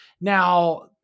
Now